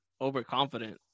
overconfident